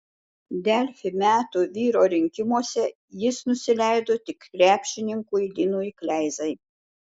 delfi metų vyro rinkimuose jis nusileido tik krepšininkui linui kleizai